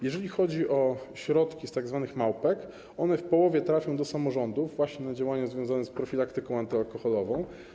Jeżeli chodzi o środki z tzw. małpek, to one w połowie trafią do samorządów właśnie na działania związane z profilaktyką antyalkoholową.